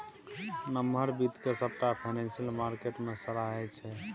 नमहर बित्त केँ सबटा फाइनेंशियल मार्केट मे सराहै छै